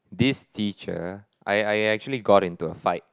this teacher I I actually got into a fight